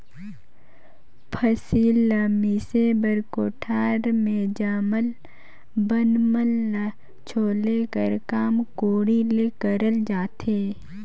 फसिल ल मिसे बर कोठार मे जामल बन मन ल छोले कर काम कोड़ी ले करल जाथे